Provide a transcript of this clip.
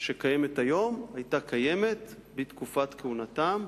שקיימת היום היתה קיימת בתקופת כהונתם,